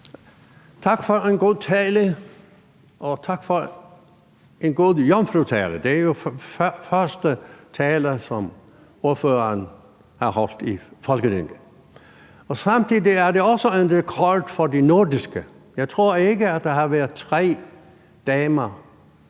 Tak for en god tale, og tak for en god jomfrutale – det er jo den første tale, som ordføreren har holdt i Folketinget. Samtidig er det også en rekord for de nordiske medlemmer; jeg tror ikke, at der har været tre damer